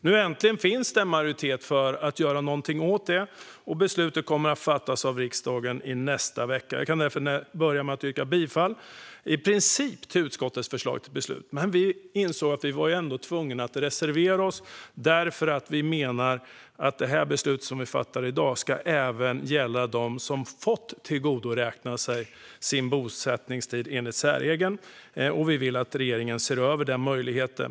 Nu äntligen finns det en majoritet för att göra något åt detta, och beslutet kommer att fattas av riksdagen i nästa vecka. Jag kan därför börja med att yrka bifall i princip till utskottets förslag till beslut. Vi insåg dock att vi var tvungna att reservera oss därför att vi menar att det beslut som vi fattar i dag även ska gälla dem som fått tillgodoräkna sig bosättningstid enligt särregeln, och vi vill att regeringen ska se över denna möjlighet.